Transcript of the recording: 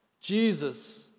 Jesus